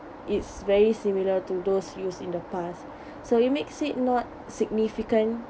it's very similar to those used in the past so it makes it not significant